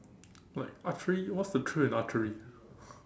like archery what's the thrill in archery